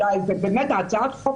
באמת הצעת החוק,